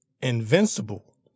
invincible